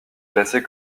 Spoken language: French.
classées